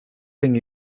thing